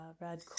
red